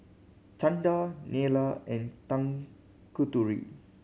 Chanda Neila and Tanguturi